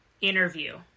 interview